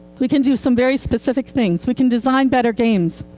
we can do some very specific things. we can design better games.